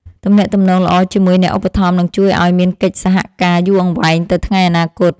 ទំនាក់ទំនងល្អជាមួយអ្នកឧបត្ថម្ភនឹងជួយឱ្យមានកិច្ចសហការយូរអង្វែងទៅថ្ងៃអនាគត។